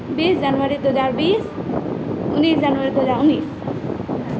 बीस जनवरी दुइ हजार बीस उनैस जनवरी दुइ हजार उनैस